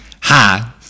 Hi